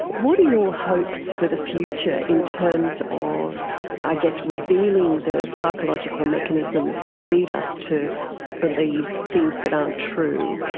what are your hopes for the future in terms of i guess revealing the psychological mechanisms that lead us to believe things that aren't true,